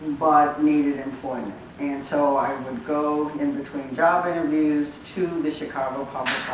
but needed employment and so i would go in between job interviews to the chicago public